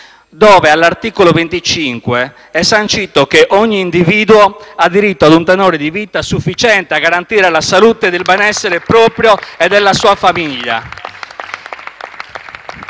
dove, all'articolo 25, è sancito che «Ogni individuo ha diritto ad un tenore di vita sufficiente a garantire la salute e il benessere proprio e della sua famiglia».